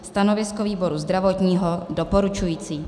Stanovisko výboru zdravotního je doporučující.